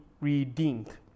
redeemed